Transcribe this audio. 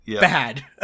bad